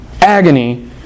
agony